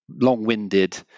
long-winded